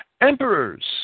Emperors